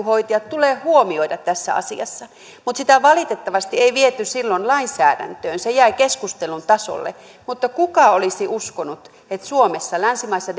hoitajat tulee huomioida tässä asiassa mutta sitä valitettavasti ei viety silloin lainsäädäntöön se jäi keskustelun tasolle mutta kuka olisi uskonut että suomessa länsimaisessa